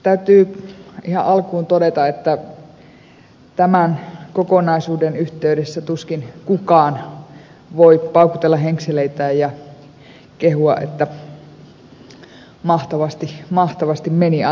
täytyy ihan alkuun todeta että tämän kokonaisuuden yhteydessä tuskin kukaan voi paukutella henkseleitään ja kehua että mahtavasti meni ainakin jos katsotaan aikaa taaksepäin